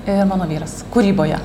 ir mano vyras kūryboje